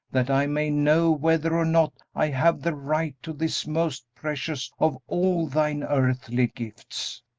that i may know whether or not i have the right to this most precious of all thine earthly gifts!